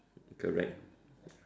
correct